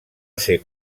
ser